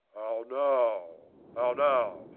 now, how now,